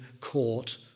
court